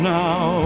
now